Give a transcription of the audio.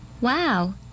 Wow